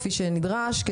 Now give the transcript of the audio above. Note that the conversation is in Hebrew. כנדרש,